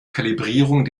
kalibrierung